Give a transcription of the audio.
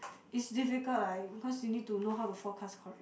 it's difficult like because you need to know how to forecast correctly